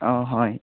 অঁ হয়